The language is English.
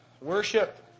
worship